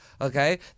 okay